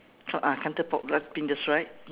ah that's right